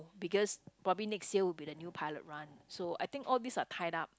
because probably next year will be the new pilot run so I think all these are tied up